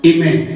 Amen